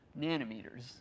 nanometers